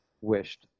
wished